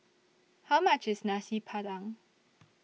How much IS Nasi Padang